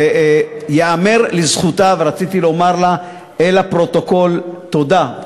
וייאמר לזכותה, ורציתי לומר לה, לפרוטוקול: תודה.